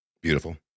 beautiful